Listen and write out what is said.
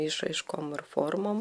išraiškom ir formom